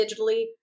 digitally